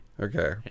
Okay